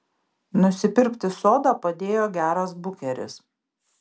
nusipirkti sodą padėjo geras bukeris